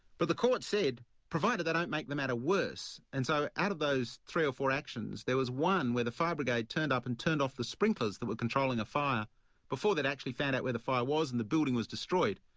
but the court said, provided they don't make the matter worse, and so out of those three or four actions, there was one where the fire brigade turned up and turned off the sprinklers that were controlling a fire before they'd actually found out where the fire was, and the building was destroyed.